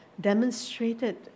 demonstrated